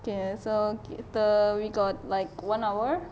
okay so kita we got like one hour